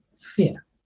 fear